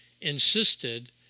insisted